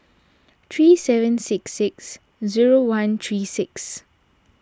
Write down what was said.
three seven six six zero one three six